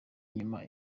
inyuma